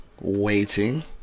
waiting